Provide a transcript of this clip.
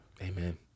Amen